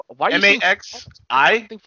M-A-X-I